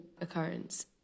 occurrence